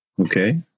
Okay